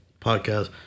podcast